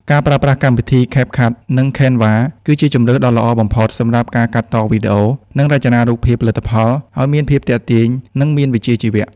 ការប្រើប្រាស់កម្មវិធី CapCut និង Canva គឺជាជម្រើសដ៏ល្អបំផុតសម្រាប់ កាត់តវីដេអូ និងរចនារូបភាពផលិតផលឱ្យមានភាពទាក់ទាញ និងមានវិជ្ជាជីវៈ។